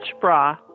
bra